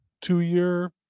two-year